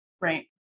Right